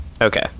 okay